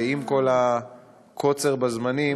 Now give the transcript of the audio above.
עם כל הקוצר בזמנים,